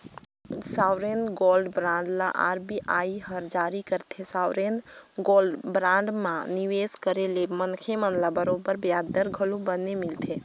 sovereign gold bond ल RBI हर जारी करथे, सॉवरेन गोल्ड बांड म निवेस करे ले मनखे मन ल बरोबर बियाज दर घलोक बने मिलथे